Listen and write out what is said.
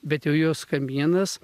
bet jau jos kamienas